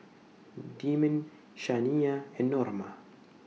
Demond Shaniya and Norma